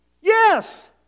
Yes